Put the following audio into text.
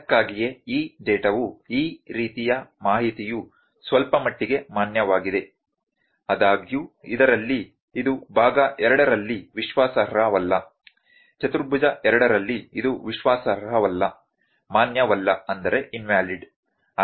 ಅದಕ್ಕಾಗಿಯೇ ಈ ಡೇಟಾವು ಈ ರೀತಿಯ ಮಾಹಿತಿಯು ಸ್ವಲ್ಪಮಟ್ಟಿಗೆ ಮಾನ್ಯವಾಗಿದೆ ಆದಾಗ್ಯೂ ಇದರಲ್ಲಿ ಇದು ಭಾಗ 2 ರಲ್ಲಿ ವಿಶ್ವಾಸಾರ್ಹವಲ್ಲ ಚತುರ್ಭುಜ 2 ರಲ್ಲಿ ಇದು ವಿಶ್ವಾಸಾರ್ಹವಲ್ಲ ಮಾನ್ಯವಲ್ಲ